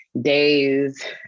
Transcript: days